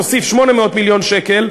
תוסיף 800 מיליון שקל,